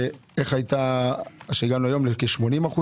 ואיך הגענו ל-80%,